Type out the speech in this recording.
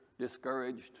discouraged